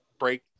Break